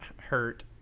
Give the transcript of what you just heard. hurt